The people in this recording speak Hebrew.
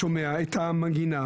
שומע את המנגינה,